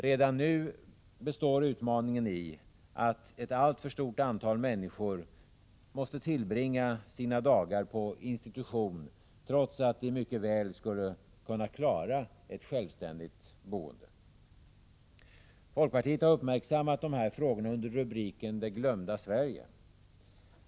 Redan nu består utmaningen i att ett alltför stort antal människor måste tillbringa sina dagar på institution, trots att de mycket väl skulle kunna klara ett självständigt boende. Folkpartiet har uppmärksammat dessa frågor under rubriken Det glömda Sverige.